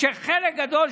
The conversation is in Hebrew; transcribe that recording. כשחלק גדול,